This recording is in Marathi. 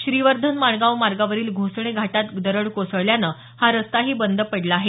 श्रीवर्धन माणगाव मार्गावरील घोणसे घाटात दरड कोसळल्याने हा रस्ताही बंद पडला आहे